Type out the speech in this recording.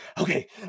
okay